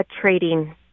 trading